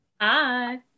Hi